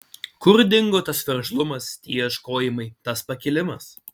kur dingo tas veržlumas tie ieškojimai tas pakilimas